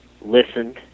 listened